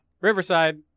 Riverside